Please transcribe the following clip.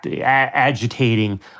agitating